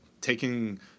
taking